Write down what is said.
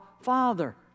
Father